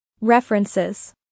References